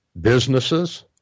businesses